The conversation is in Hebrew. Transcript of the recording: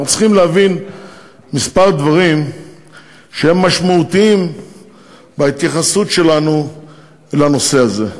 אנחנו צריכים להבין כמה דברים שהם משמעותיים בהתייחסות שלנו לנושא הזה.